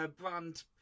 brand